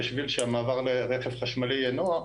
כדי שהמעבר לרכב חשמלי יהיה נוח,